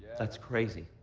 that's crazy.